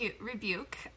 rebuke